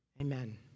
Amen